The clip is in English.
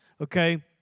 okay